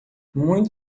muito